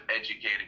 educated